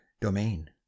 domain